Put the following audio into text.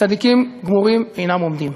צדיקים גמורים אינם עומדים.